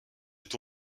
est